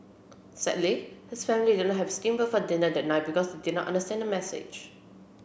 sadly his family didn't have steam boat for dinner that night because they did not understand the message